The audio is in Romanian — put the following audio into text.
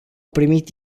primit